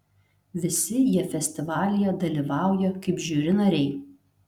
visi jie festivalyje dalyvauja kaip žiuri nariai